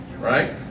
Right